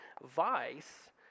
vice